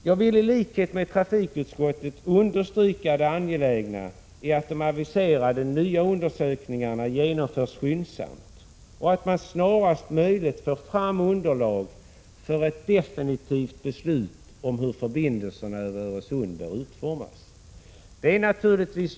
Jag vill i likhet med trafikutskottet understryka det angelägna i att de aviserade nya undersökningarna genomförs skyndsamt och att man snarast möjligt får fram underlag för ett definitivt beslut om hur förbindelserna över Öresund bör utformas. Herr talman!